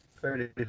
Fairly